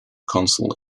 consul